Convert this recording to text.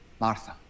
Martha